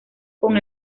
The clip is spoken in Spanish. con